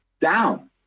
down